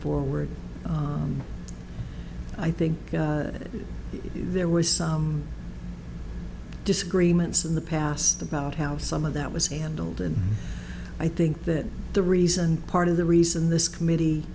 forward i think that there was some disagreements in the past about how some of that was handled and i think that the reason part of the reason this committee